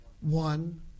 one